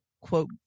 quote